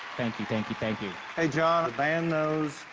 thank you, thank you, thank you. hey, john, the band knows.